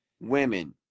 Women